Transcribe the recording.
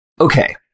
okay